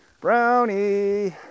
Brownie